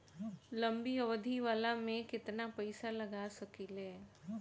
लंबी अवधि वाला में केतना पइसा लगा सकिले?